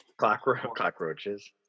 Cockroaches